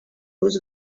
was